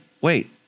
wait